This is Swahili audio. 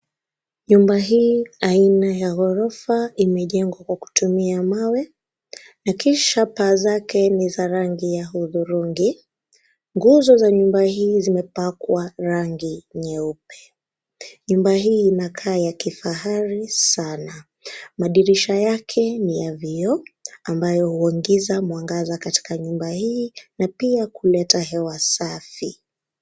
Nyumba hii aina ya gorofa imejengwa kwa kutumia mawe na kisha paa zake ni za rangi ya hudhurungi nguzo za rangi hii zimepakwa rangi nyeupe. Nyumba hii inakaa ya kifahari sana . Madirisha yake niya vioo amabayo huingiza mwangaza katika nyumba hii na pia kuleta hewa safi.